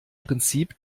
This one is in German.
prinzip